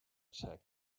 attacked